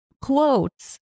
quotes